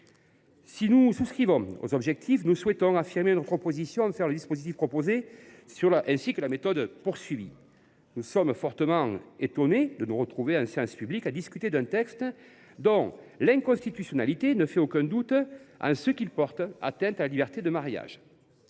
Si nous souscrivons aux objectifs de ce texte, nous souhaitons affirmer notre opposition au dispositif proposé ainsi qu’à la méthode suivie. En effet, nous sommes tout à fait étonnés de nous retrouver en séance publique à discuter d’un texte dont l’inconstitutionnalité ne fait aucun doute, puisqu’il porte atteinte à la liberté du mariage.